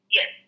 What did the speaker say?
Yes